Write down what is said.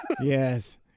Yes